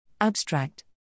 Abstract